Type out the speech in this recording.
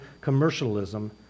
commercialism